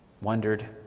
wondered